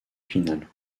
finale